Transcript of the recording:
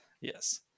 yes